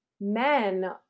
men